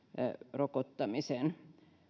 rokottamisen